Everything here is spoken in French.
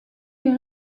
les